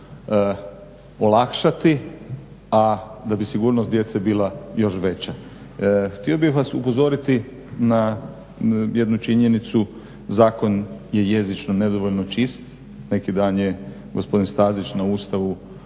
da bi sigurnost djece bila još veća. Htio bih vas upozoriti na jednu činjenicu, zakon je jezično nedovoljno čist. Neki dan je gospodin Stazić na Odboru